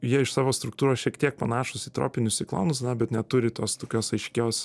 jie iš savo struktūros šiek tiek panašūs į tropinius ciklonus na bet neturi tos tokios aiškios